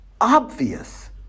obvious